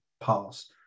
pass